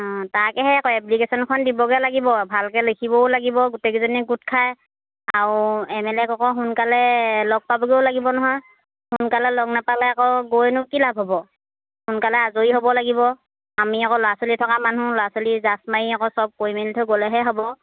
অঁ তাকেহে আকৌ এপ্লিকেশ্যনখন দিবগৈ লাগিব ভালকৈ লিখিবও লাগিব গোটেইকেইজনীয়ে গোট খাই আৰু এম এল এ আকৌ সোনকালে লগ পাবগৈও লাগিব নহয় সোনকালে লগ নাপালে আকৌ গৈনো কি লাভ হ'ব সোনকালে আজৰি হ'ব লাগিব আমি আকৌ ল'ৰা ছোৱালী থকা মানুহ ল'ৰা ছোৱালী জাঁজ মাৰি আকৌ চব কৰি মেলি থৈ গ'লেহে হ'ব